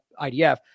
IDF